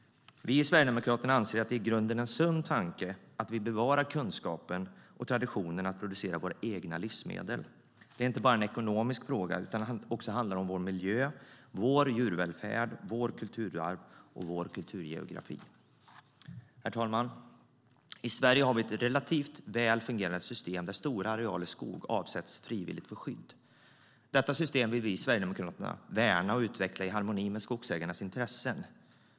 Vi i Sverigedemokraterna anser att det är en i grunden sund tanke att vi bevarar kunskapen och traditionen att producera våra egna livsmedel. Det är inte bara en ekonomisk fråga. Det handlar också om vår miljö, vår djurvälfärd, vårt kulturarv och vår kulturgeografi. Herr talman! I Sverige har vi ett relativt väl fungerande system, där stora arealer skog frivilligt avsätts för skydd. Detta system vill vi i Sverigedemokraterna värna och utveckla i harmoni med skogsägarnas intressen.